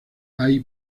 hay